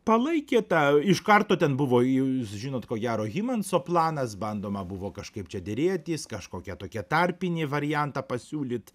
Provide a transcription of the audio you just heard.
palaikė tą iš karto ten buvo jūs žinot ko gero hymanso planas bandoma buvo kažkaip čia derėtis kažkokią tokią tarpinį variantą pasiūlyt